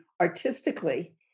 artistically